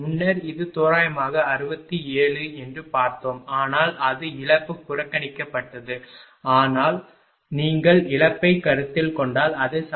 முன்னர் இது தோராயமாக 67 என்று பார்த்தோம் ஆனால் அது இழப்பு புறக்கணிக்கப்பட்டது ஆனால் நீங்கள் இழப்பை கருத்தில் கொண்டால் அது 70